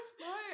No